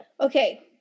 Okay